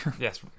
yes